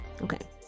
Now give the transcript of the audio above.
Okay